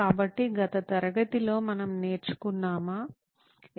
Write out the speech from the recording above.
కాబట్టి గత తరగతిలో మనము నేర్చుకున్నామో